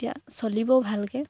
এতিয়া চলিবও ভালকে